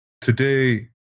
today